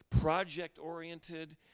project-oriented